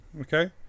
Okay